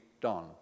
done